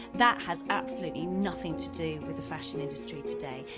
that has absolutely nothing to do with the fashion industry today.